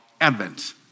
Advent